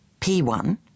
P1